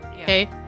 okay